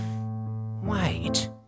Wait